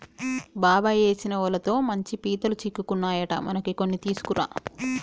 బాబాయ్ ఏసిన వలతో మంచి పీతలు సిక్కుకున్నాయట మనకి కొన్ని తీసుకురా